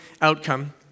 outcome